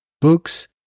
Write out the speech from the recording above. books